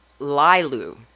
Lilu